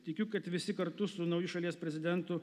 tikiu kad visi kartu su nauju šalies prezidentu